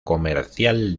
comercial